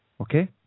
okay